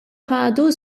ħadu